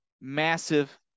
Massive